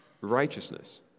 Righteousness